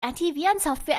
antivirensoftware